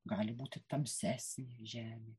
gali būti tamsesnė žemė